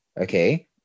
okay